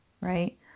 right